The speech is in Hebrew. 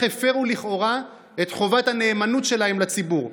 הפרו לכאורה את חובת הנאמנות שלהם לציבור.